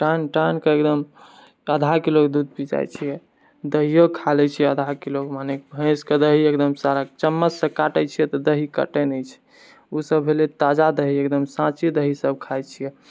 टानि टानिके एकदम आधा किलोके दूध पी जायछिये दऽहियो खा लए छिए आधा किलो माने भैंसके दही एकदम चम्मचसँ काटे छिए तऽ दही कटाय नहि छै ओ सब भेले ताजा दही एकदम साँची दही सब खाए छिये